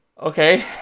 Okay